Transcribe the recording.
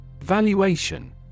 Valuation